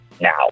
now